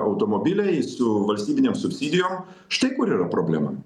automobiliai su valstybinėm subsidijom štai kur yra problema